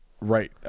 Right